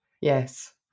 yes